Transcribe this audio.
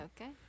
Okay